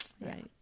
right